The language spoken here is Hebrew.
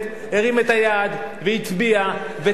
הרים את היד והצביע ותמך,